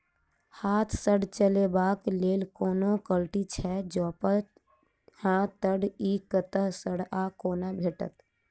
हाथ सऽ चलेबाक लेल कोनों कल्टी छै, जौंपच हाँ तऽ, इ कतह सऽ आ कोना भेटत?